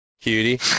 cutie